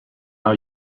now